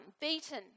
beaten